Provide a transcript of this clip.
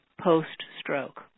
post-stroke